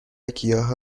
گیاها